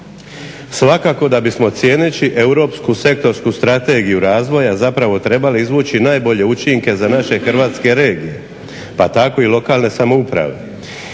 Svakako da bismo cijeneći europsku sektorsku strategiju razvoja zapravo trebali izvući najbolje učinke za naše hrvatske regije, pa tako i lokalne samouprave.